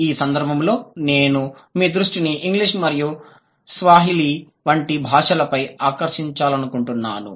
ఈ సందర్భంలో నేను మీ దృష్టిని ఇంగ్లీషు మరియు స్వాహిలి వంటి భాషలపైకి ఆకర్షించాలనుకుంటున్నాను